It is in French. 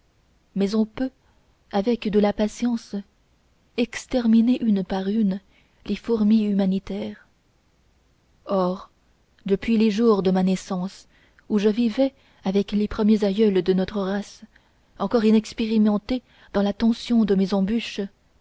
mais on peut avec de la patience exterminer une par une les fourmis humanitaires or depuis les jours de ma naissance où je vivais avec les premiers aïeuls de notre race encore inexpérimenté dans la tension de mes embûches